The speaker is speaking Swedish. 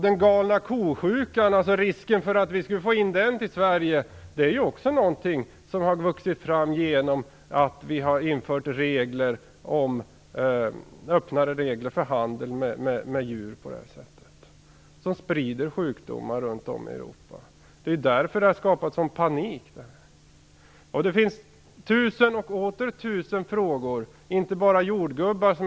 Den galna ko-sjukan och risken för att vi skulle få in den i Sverige är också någonting som har vuxit fram genom att vi har infört öppnare regler för handel med djur, som sprider sjukdomar runt om i Europa. Det är därför det har skapats en sådan panik. Det finns tusen och åter tusen frågor, och det är inte bara om jordgubbar.